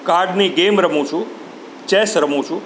કાર્ડની ગેમ રમું છું ચેસ રમું છું